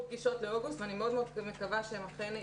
פגישות לאוגוסט ואני מאוד מאוד מקווה שהן אכן יתקיימו.